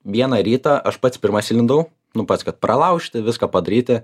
vieną rytą aš pats pirmas įlindau nu pats kad pralaužti viską padaryti